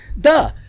duh